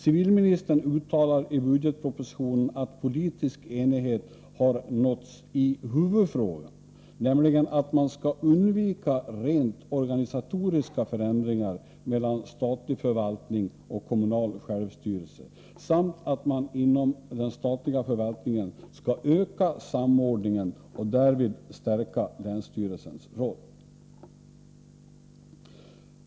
Civilministern uttalar i budgetpropositionen att politisk enighet har nåtts i huvudfrågan, nämligen att man skall undvika rent organisatoriska förändringar mellan statlig förvaltning och kommunal självstyrelse samt att man inom den statliga förvaltningen skall öka samordningen och därvid stärka länsstyrelsens roll.